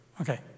Okay